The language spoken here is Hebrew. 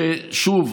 שוב,